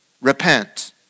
repent